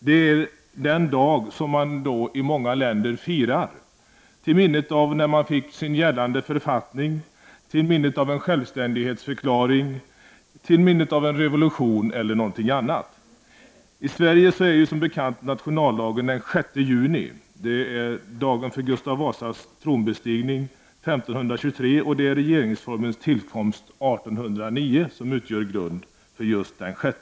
Det är den dag som man i många länder firar till minne av den tidpunkt då landet fick sin gällande författning, av en självständighetsförklaring, av en revolution eller av någonting annat. I Sverige är nationaldagen som bekant den 6 juni. Det är dagen för Gustav Vasas tronbestigning 1523 och för regeringsformens tillkomst 1809 som utgör grunden för just detta datum.